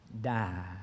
die